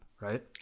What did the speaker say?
right